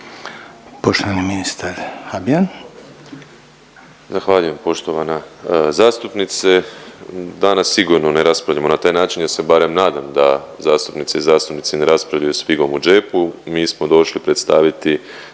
Poštovani ministar Habijan.